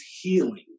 healing